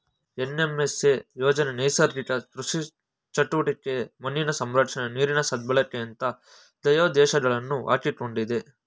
NMSA ಯೋಜನೆ ನೈಸರ್ಗಿಕ ಕೃಷಿ ಚಟುವಟಿಕೆ, ಮಣ್ಣಿನ ಸಂರಕ್ಷಣೆ, ನೀರಿನ ಸದ್ಬಳಕೆಯಂತ ಧ್ಯೇಯೋದ್ದೇಶಗಳನ್ನು ಹಾಕಿಕೊಂಡಿದೆ